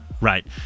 Right